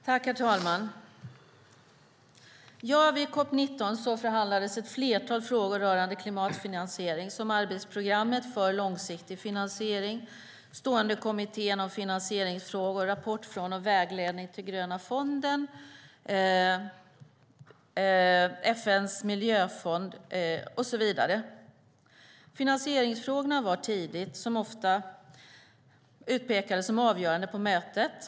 Herr talman! På COP 19 förhandlades ett flertal frågor rörande klimatfinansiering, såsom arbetsprogrammet för långsiktig finansiering, stående kommittén för finansieringsfrågor, rapport från och vägledning för den gröna fonden, FN:s miljöfond och så vidare. Finansieringsfrågorna utpekades som avgörande på mötet.